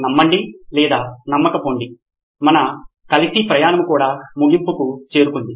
నమ్మండి లేదా నమ్మకపోండి మన కలిసి ప్రయాణం కూడా ముగింపుకు చేరుకుంది